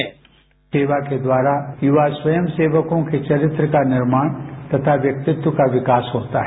sound bite सेवा के द्वारा युवा स्वयं सेवकों के चरित्र का निर्माण तथा व्यक्तित्व का विकास होता है